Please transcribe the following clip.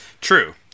True